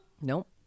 Nope